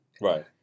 Right